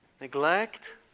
Neglect